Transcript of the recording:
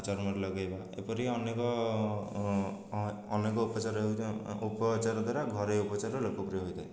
ଚର୍ମରେ ଲଗେଇବା ଏପରି ଅନେକ ଅନେକ ଉପଚାର ହେଉଥିବା ଉପଚାର ଦ୍ୱାରା ଘରୋଇ ଉପଚାର ଲୋକପ୍ରିୟ ହୋଇଥାଏ